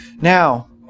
Now